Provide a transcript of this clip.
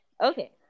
Okay